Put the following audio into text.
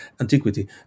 antiquity